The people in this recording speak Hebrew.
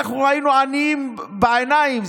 אנחנו ראינו עניים בעיניים,